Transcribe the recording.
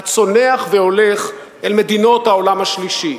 הצונח והולך אל מדינות העולם השלישי,